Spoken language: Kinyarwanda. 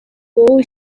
wowe